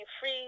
free